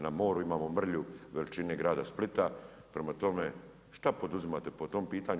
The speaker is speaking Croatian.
Na moru imamo mrlju veličinu grada Splita, prema tome, što poduzimate po tom pitanju?